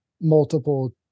multiple